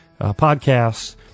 podcasts